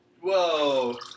whoa